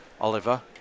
Oliver